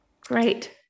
Great